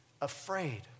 afraid